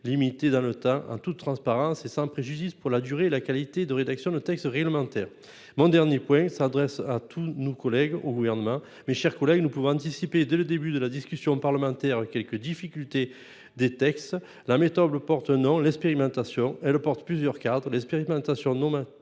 limitée dans le temps en toute transparence et sans préjudice pour la durée et la qualité de rédaction de textes réglementaires, mon dernier point, s'adresse à tous nos collègues au gouvernement. Mes chers collègues, nous pouvons anticiper dès le début de la discussion parlementaire quelques difficultés des textes la méthode le porte l'expérimentation et le porte-plusieurs cadres d'expérimentation nos mains.